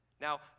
now